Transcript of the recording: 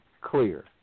clear